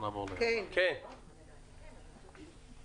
אייל דורון.